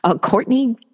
Courtney